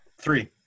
three